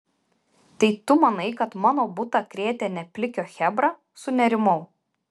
tai tu manai kad mano butą krėtė ne plikio chebra sunerimau